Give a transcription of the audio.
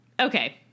Okay